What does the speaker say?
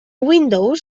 windows